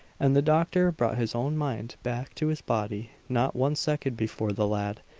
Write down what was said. and the doctor brought his own mind back to his body not one second before the lad,